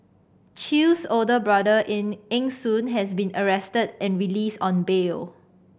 Chew's older brother Eng Eng Soon has been arrested and released on bail